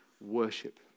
worship